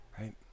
right